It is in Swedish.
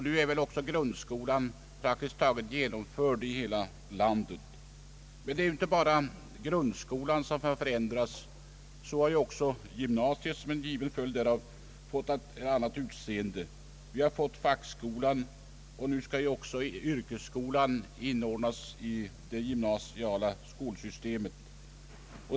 Nu är grundskolan genomförd praktiskt taget överallt, men det är inte bara grundskolan som har förändrats. Så har också gymnasiet som en given följd därav fått ett annat utseende. Vidare har vi fått fackskolan, och nu skall också yrkesskolan inordnas i det gymnasiala skolsystemet.